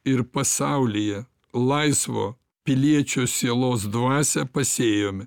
ir pasaulyje laisvo piliečio sielos dvasia pasėjome